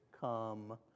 come